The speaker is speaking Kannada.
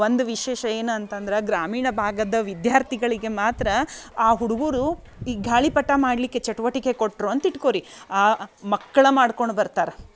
ಒಂದು ವಿಶೇಷ ಏನು ಅಂತಂದ್ರೆ ಗ್ರಾಮೀಣ ಭಾಗದ ವಿದ್ಯಾರ್ಥಿಗಳಿಗೆ ಮಾತ್ರ ಆ ಹುಡುಗರು ಈ ಗಾಳಿಪಟ ಮಾಡಲಿಕ್ಕೆ ಚಟುವಟಿಕೆ ಕೊಟ್ಟರು ಅಂತ ಇಟ್ಕೊಳ್ರಿ ಆ ಮಕ್ಳು ಮಾಡ್ಕೊಂಡು ಬರ್ತಾರ